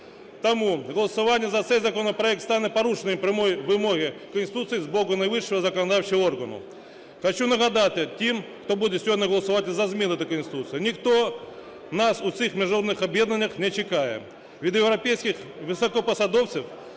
Тому голосування за цей законопроект стане порушенням прямої вимоги Конституції з боку найвищого законодавчого органу. Хочу нагадати тим, хто буде сьогодні голосувати за зміни до Конституції. Ніхто нас у цих міжнародних об'єднаннях не чекає. Від європейських високопосадовців